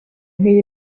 nk’iyi